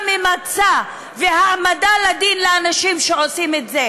ממצה ולהעמדה לדין של אנשים שעושים את זה.